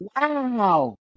Wow